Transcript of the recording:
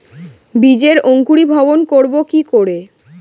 বীজের অঙ্কুরিভবন করব কি করে?